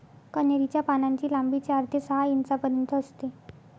कन्हेरी च्या पानांची लांबी चार ते सहा इंचापर्यंत असते